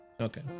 okay